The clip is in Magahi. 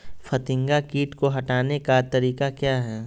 फतिंगा किट को हटाने का तरीका क्या है?